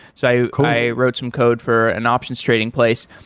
so i wrote some code for an options trading place,